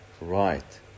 Right